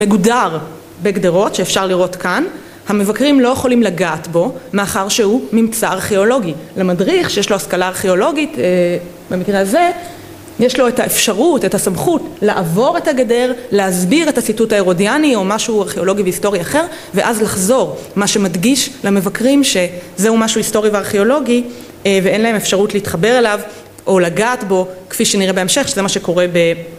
מגודר בגדרות שאפשר לראות כאן המבקרים לא יכולים לגעת בו מאחר שהוא ממצא ‫ארכיאולוגי. למדריך שיש לו השכלה ארכיאולוגית במקרה הזה יש לו את האפשרות את הסמכות לעבור את הגדר להסביר את הסיטוט ההירודיאני, או משהו ארכיאולוגי והיסטורי אחר, ואז לחזור מה שמדגיש למבקרים שזהו משהו היסטורי וארכיאולוגי ואין להם אפשרות להתחבר אליו או לגעת בו כפי שנראה בהמשך שזה מה שקורה